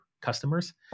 customers